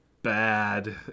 Bad